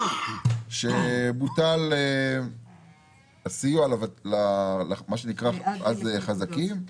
כשבוטל הסיוע למה שנקרא אז "החזקים",